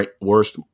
worst